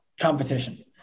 competition